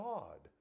God